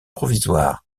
provisoires